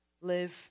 live